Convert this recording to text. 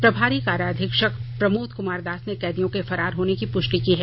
प्रभारी कारा अधीक्षक प्रमोद कुमार दास ने कैदियों के फरार होने की पुष्टि की है